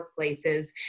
workplaces